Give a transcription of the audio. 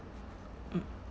mm